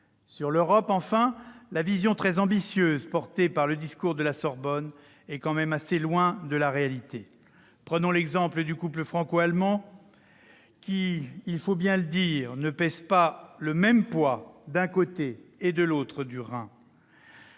Sur l'Europe, enfin, la vision très ambitieuse portée par le discours de la Sorbonne est quand même assez loin de la réalité. Prenons l'exemple du couple franco-allemand, qui- il faut bien le dire -ne pèse pas du même poids des deux côtés du Rhin